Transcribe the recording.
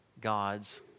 God's